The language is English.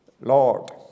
Lord